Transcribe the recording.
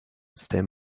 stem